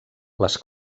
les